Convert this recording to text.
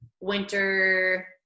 winter